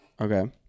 okay